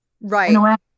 Right